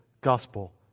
gospel